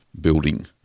building